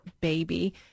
baby